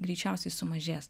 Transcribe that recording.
greičiausiai sumažės